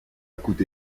coûté